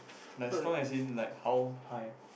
like strong as in like how high